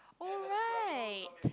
oh right